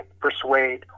persuade